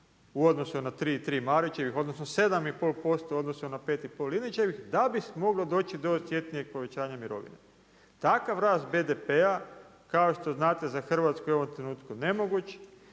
u odnosu na tri, tri Marićević, odnosno 7 i pol posto u odnosu na 5 i pol Linićevih da bi moglo doći do osjetnijeg povećanja mirovine. Takav rast BDP-a kao što znate za Hrvatsku je u ovom trenutku nemoguć.